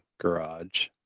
garage